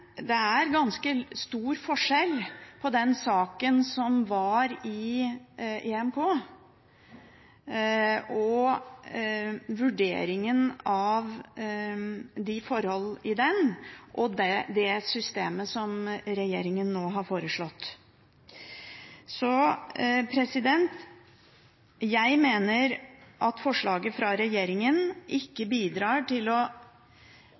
Det er ganske stor forskjell på den saken som var i henhold til EMK og vurderingen av forholdene i den, og det systemet som regjeringen nå har foreslått. Jeg mener at forslaget fra regjeringen ikke bidrar til å